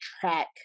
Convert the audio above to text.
track